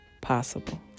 possible